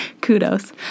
Kudos